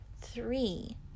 three